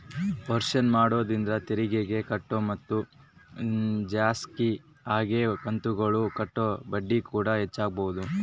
ವರ್ಷಾಶನ ಮಾಡೊದ್ರಿಂದ ತೆರಿಗೆಗೆ ಕಟ್ಟೊ ಮೊತ್ತ ಜಾಸ್ತಗಿ ಹಂಗೆ ಕಂತುಗುಳಗ ಕಟ್ಟೊ ಬಡ್ಡಿಕೂಡ ಹೆಚ್ಚಾಗಬೊದು